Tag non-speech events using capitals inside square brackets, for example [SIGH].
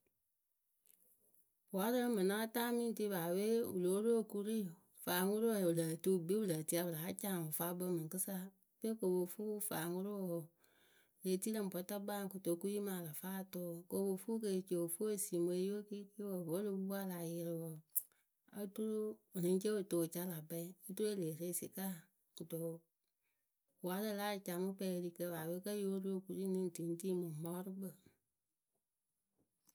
Warǝ wǝ́ mɨ náa taa mɨ ŋ ri paape wɨ lóo ru okuri faŋwʊrʊwǝ wɨ lǝǝ tɨ wɨ kpii pɨ lǝǝ tɨ pɨ ya pɨ láa caŋ wɨfaakpǝ mɨŋkɨsa, pe kɨ o po fuu faŋ wʊrʊ wǝ wǝǝ Pɨ lée tii lǝ̈ bɔtagbaayǝ kotokuyi mɨ alafaatʊʊ kɨ o po fuu kɨ e pi ci o fuu esii mɨ eyee kɩɩkɩ wǝǝ wǝ́ o lo pupu wɨ a la yɩrɩ wǝǝ [CLIK] oturu wɨlɨŋ cee wɨ tɨ wɨ ca lä kpɛɛ oturu e lee re sɩkaa kɨto wǝǝ. warǝ láa ca mɨ kpɛɛ erikǝ paape kǝ́ yo ru okuru nɨŋ tɨ ŋ ri mɨŋ mɔɔrʊkpǝ.